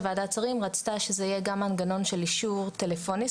ועדת שרים רצתה שזה יהיה גם מנגנון של אישור טלפוני,